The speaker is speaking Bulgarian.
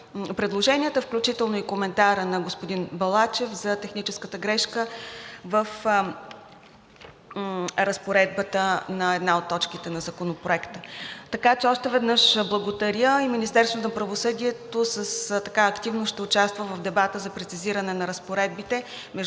предложенията, включително и коментара на господин Балачев за техническата грешка в разпоредбата на една от точките на Законопроекта. Така че още веднъж благодаря. Министерството на правосъдието активно ще участва в дебата за прецизиране на разпоредбите